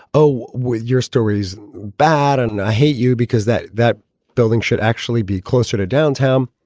oh, with your stories bad. and i hate you because that. that building should actually be closer to downtown.